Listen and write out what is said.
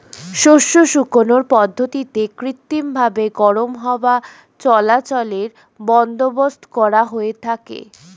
শস্য শুকানোর পদ্ধতিতে কৃত্রিমভাবে গরম হাওয়া চলাচলের বন্দোবস্ত করা হয়ে থাকে